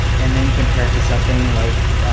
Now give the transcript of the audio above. and then, compare it to something like